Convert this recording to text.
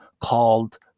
called